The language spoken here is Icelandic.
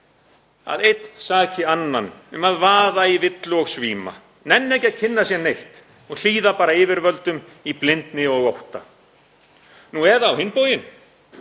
að einn saki annan um að vaða í villu og svíma, nenna ekki að kynna sér neitt og hlýða bara yfirvöldum í blindni og ótta — nú eða á hinn bóginn